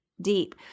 deep